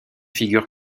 figures